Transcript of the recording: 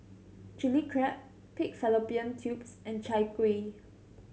Chilli Crab pig fallopian tubes and Chai Kueh